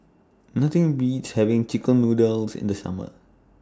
Nothing Beats having Chicken Noodles in The Summer